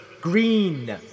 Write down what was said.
green